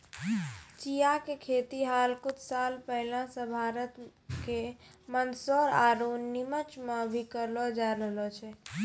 चिया के खेती हाल कुछ साल पहले सॅ भारत के मंदसौर आरो निमच मॅ भी करलो जाय रहलो छै